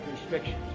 restrictions